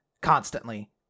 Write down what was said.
constantly